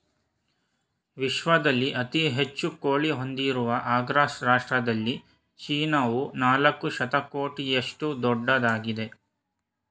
ವಿಶ್ವದಲ್ಲಿ ಅತಿ ಹೆಚ್ಚು ಕೋಳಿ ಹೊಂದಿರುವ ಅಗ್ರ ರಾಷ್ಟ್ರದಲ್ಲಿ ಚೀನಾವು ನಾಲ್ಕು ಶತಕೋಟಿಯಷ್ಟು ದೊಡ್ಡದಾಗಿದೆ